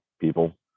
people